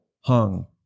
hung